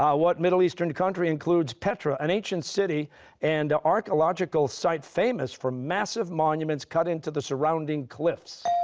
ah what middle eastern country includes petra, an ancient city and archeological site famous for massive monuments cut into the surrounding cliffs?